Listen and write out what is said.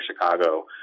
Chicago